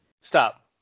Stop